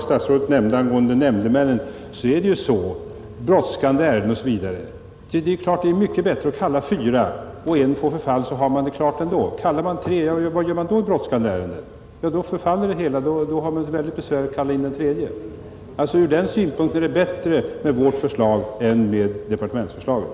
Statsrådet talade om antalet nämndemän. När det gäller brådskande ärenden är det mycket bättre att kalla fyra. Om en får förfall kan ärendet behandlas ändå. Kallar man bara tre och en får förfall, uppstår det besvärligheter. Även ur den synpunkten är vårt förslag bättre än departementsförslaget.